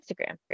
Instagram